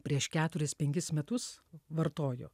prieš keturis penkis metus vartojo